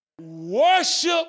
Worship